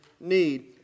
need